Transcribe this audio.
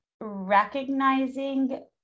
recognizing